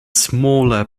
smaller